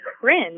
cringe